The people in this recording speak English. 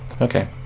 Okay